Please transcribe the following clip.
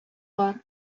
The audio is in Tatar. бар